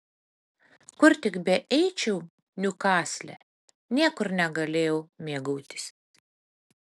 kur tik beeičiau niukasle niekur negalėjau mėgautis